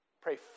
Pray